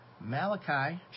Malachi